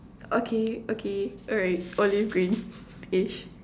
okay okay alright olive greenish